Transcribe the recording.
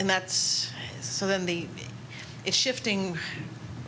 and that's so then the is shifting